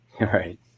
Right